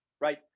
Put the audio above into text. Right